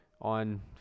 on